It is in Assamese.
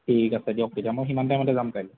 ঠিক আছে দিয়ক তেতিয়া মই সিমান টাইমতে যাম কাইলৈ